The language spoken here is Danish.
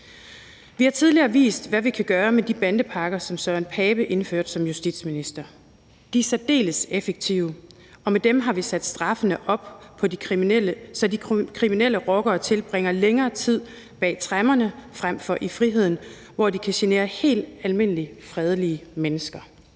Vi har tidligere vist, hvad vi kan gøre, med de bandepakker, som Søren Pape Poulsen indførte som justitsminister. De er særdeles effektive, og med dem har vi sat straffene op for de kriminelle, så de kriminelle rockere tilbringer længere tid bag tremmerne frem for i friheden, hvor de kan genere helt almindelige fredelige mennesker.